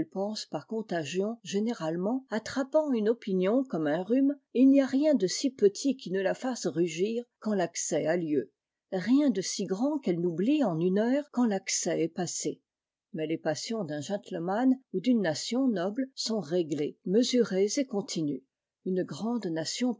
par contagion généralement attrapant une opinion comme un rhume et il n'y a rien de si petit qui ne la fasse rugir quand l'accès a lieu rien de si grand qu'elle n'oublie en une heure quand l'accès est passé mais les passions d'un gentleman ou d'une nation noble sont réglées mesurées et continues une grande nation